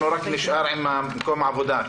רק נשאר מקום העבודה.